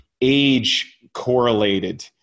age-correlated